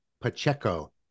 Pacheco